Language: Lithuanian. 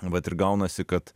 vat ir gaunasi kad